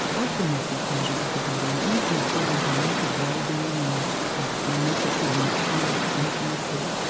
of the messy pleasures of the body and it means we've bought into a mess of wellbeing and a mess of sort of mature intimacy.